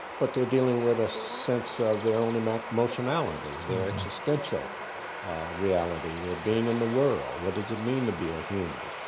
but they're dealing with a sense of their own emotionality, their existential reality, their being in the world. what does it mean to be a human?